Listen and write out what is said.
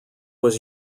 was